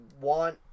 want